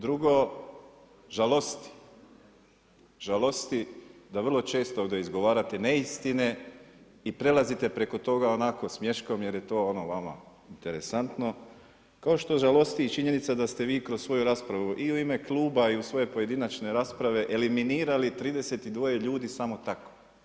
Drugo, žalosti da vrlo često ovdje izgovarate neistine i prelazite preko toga onako smiješkom, jer je to vama interesantno, kao što i žalosti i činjenica da ste vi kroz svoju raspravu i u ime kluba i u svoje pojedinačne rasprave eliminirali 32 ljudi samo tako.